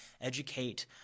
educate